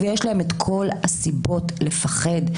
ויש להם את כל הסיבות לפחד,